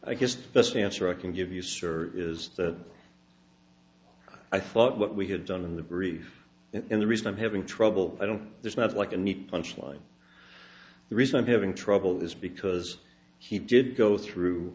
just best answer i can give you sir is that i thought what we had done in the brief in the reason i'm having trouble i don't there's not like a neat punch line the reason i'm having trouble is because he did go through